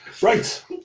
Right